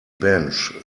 bench